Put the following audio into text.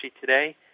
today